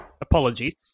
apologies